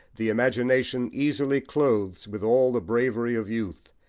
the imagination easily clothes with all the bravery of youth,